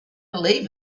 believe